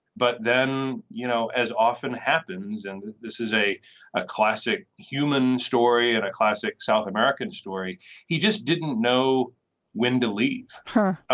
but then you know as often happens and this is a a classic human story and a classic south american story he just didn't know when to leave her.